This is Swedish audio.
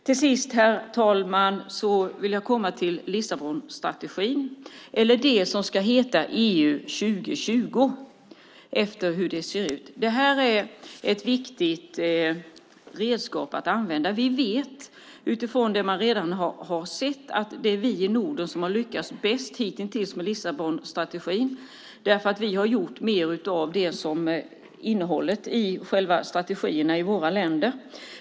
Till sist, herr talman, vill jag komma till Lissabonstrategin eller det som ska heta "EU 2020" som det ser ut. Det här är ett viktigt redskap att använda. Vi vet utifrån det man redan har sett att det är vi i Norden som har lyckats bäst hitintills med Lissabonstrategin, därför att vi har gjort mer i våra länder av det som själva strategin innehåller.